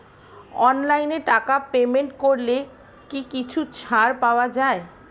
অনলাইনে টাকা পেমেন্ট করলে কি কিছু টাকা ছাড় পাওয়া যায়?